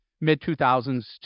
mid-2000s